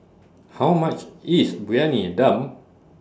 How much IS Briyani Dum